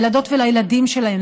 לילדות ולילדים שלהם,